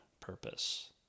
purpose